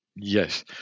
Yes